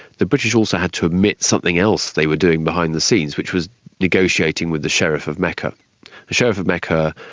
the british also had to admit something else they were doing behind the scenes which was negotiating with the sharif of mecca. the sharif of mecca,